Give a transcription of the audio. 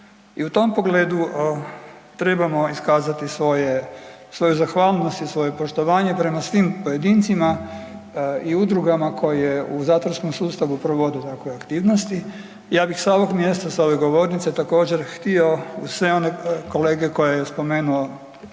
i u tom pogledu trebamo iskazati svoje, svoju zahvalnost i svoje poštovanje prema svim pojedincima i udrugama koje u zatvorskom sustavu provode takve aktivnosti. Ja bih sa ovog mjesta, sa ove govornice također, htio sve one kolege koje je spomenuo